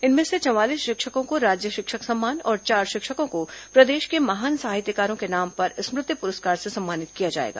इनमें से चवालीस शिक्षकों को राज्य शिक्षक सम्मान और चार शिक्षकों को प्रदेश के महान साहित्यकारों के नाम पर स्मृति पुरस्कार से सम्मानित किया जाएगा